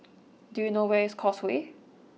do you know where is Causeway